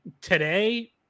today